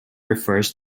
refers